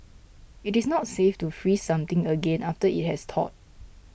it is not safe to freeze something again after it has thawed